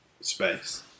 space